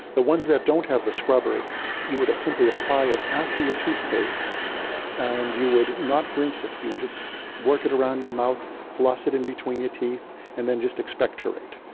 the ones that don't have the scrubber you would simply apply it after your toothpaste and you would not rinse it, you would just work it around your mouth, floss it in between your teeth and just expectorate.